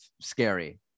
scary